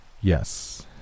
Yes